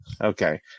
Okay